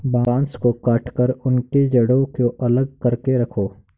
बांस को काटकर उनके जड़ों को अलग करके रखो